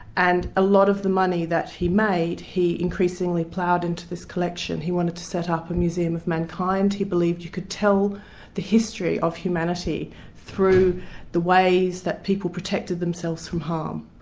and a lot of the money that he made, he increasingly ploughed into this collection he wanted to set up a museum of mankind. he believed you could tell the history of humanity through the ways that people protected themselves from harm.